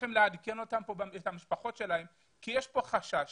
צריכים לעדכן את המשפחות שלהם כי יש כאן חשש